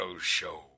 show